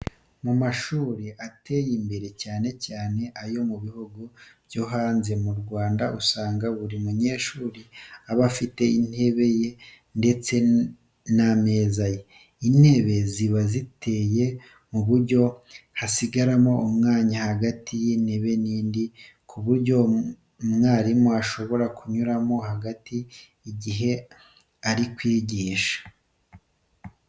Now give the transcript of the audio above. Mu mashuri ateye imbere cyane cyane ayo mu bihugu byo hanze y'u Rwanda usanga buri munyeshuri aba afite intebe ye ndetse n'ameza ye. Intebe ziba ziteye mu buryo hasigaramo umwanya hagati y'intebe n'indi ku buryo umwarimu ashobora kunyuramo hagati igihe ari kwigisha.